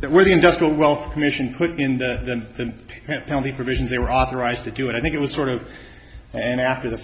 that were the industrial wealth commission put in the county provisions they were authorized to do and i think it was sort of an after the